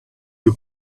you